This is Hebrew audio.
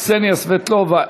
קסניה סבטלובה?